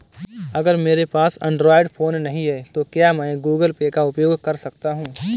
अगर मेरे पास एंड्रॉइड फोन नहीं है तो क्या मैं गूगल पे का उपयोग कर सकता हूं?